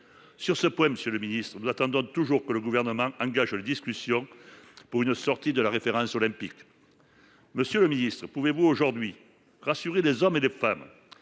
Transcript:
D’ailleurs, monsieur le ministre, nous attendons toujours que le Gouvernement engage les discussions pour sortir de la référence de la moyenne olympique. Monsieur le ministre, pouvez vous aujourd’hui rassurer ces hommes et ces femmes